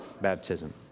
baptism